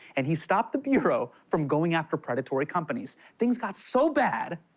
and he stopped the bureau from going after predatory companies. things got so bad,